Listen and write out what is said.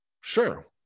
sure